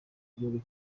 gihugu